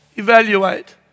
Evaluate